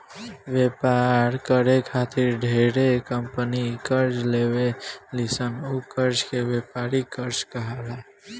व्यापार करे खातिर ढेरे कंपनी कर्जा लेवे ली सन उ कर्जा के व्यापारिक कर्जा कहाला